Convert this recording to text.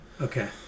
Okay